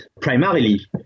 primarily